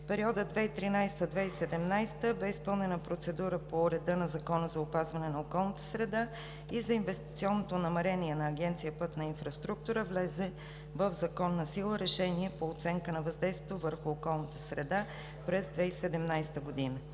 В периода 2013 – 2017 г. бе изпълнена процедура по реда на Закона за опазване на околната среда и за инвестиционното намерение на Агенция „Пътна инфраструктура“ влезе в законова сила Решение по оценка на въздействието върху околната среда (ОВОС) от 2017 г.